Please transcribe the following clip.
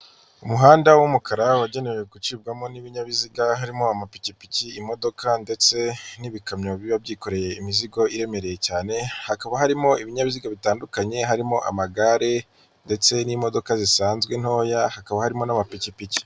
Umuhanda w'umukara wagenewe gucibwamo n'ibinyabiziga harimo amapikipiki, imodoka ndetse n'ibikamyo biba byikoreye imizigo iremereye cyane. Hakaba harimo ibinyabiziga bitandukanye harimo amagare ndetse n'imodoka zisanzwe ntoya, hakaba harimo n'amapikipiki.